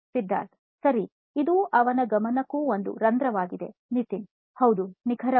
ಸಿದ್ಧಾರ್ಥ್ ಸರಿ ಇದು ಅವನ ಗಮನಕ್ಕೂ ಒಂದು ರಂದ್ರ ವಾಗಿದೆ ನಿತಿನ್ ಹೌದು ನಿಖರವಾಗಿ